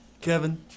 Kevin